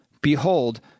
behold